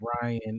Brian